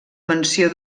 menció